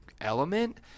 element